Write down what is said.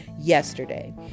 yesterday